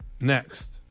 Next